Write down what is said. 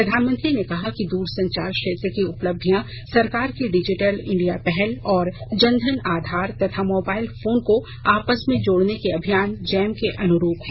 प्रधानमंत्री ने कहा है कि दूरसंचार क्षेत्र की उपलब्धियां सरकार की डिजिटल इंडिया पहल और जनधन आधार तथा मोबाइल फोन को आपस में जोडने के अभियान जैम के अनुरूप हैं